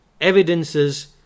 evidences